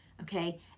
okay